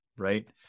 Right